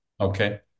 Okay